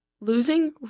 losing